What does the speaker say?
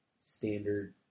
standard